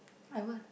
I will